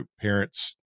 parents